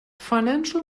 financial